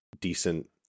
decent